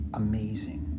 amazing